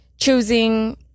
choosing